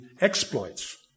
exploits